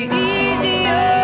easier